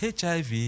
HIV